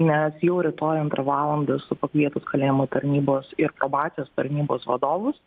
nes jau rytoj antrą valandą esu pakvietus kalėjimo tarnybos ir probacijos tarnybos vadovus